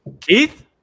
Keith